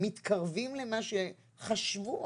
מתקרבים למה שחשבו,